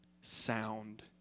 sound